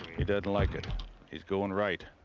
he doesnt like it is going right.